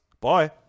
Bye